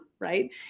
right